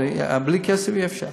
בלי כסף אי-אפשר.